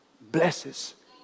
blesses